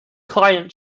climate